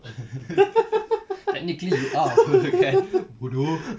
technically you are apa kan bodoh